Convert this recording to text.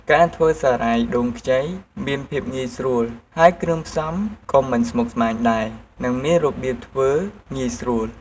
ការធ្វើសារាយដូងខ្ចីមានភាពងាយស្រួល ហើយគ្រឿងផ្សំក៏មិនស្មុគស្មាញដែរ និងមានរបៀបធ្វើងាយស្រួល។